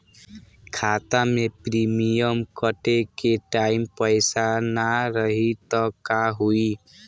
खाता मे प्रीमियम कटे के टाइम पैसा ना रही त का होई?